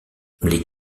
les